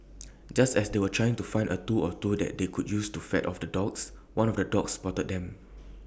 just as they were trying to find A tool or two that they could use to fend off the dogs one of the dogs spotted them